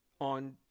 on